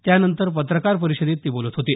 त्यानंतर पत्रकार परिषदेत ते बोलत होते